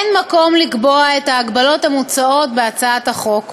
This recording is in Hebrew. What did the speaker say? אין מקום לקבוע את ההגבלות המוצעות בהצעת החוק